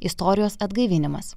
istorijos atgaivinimas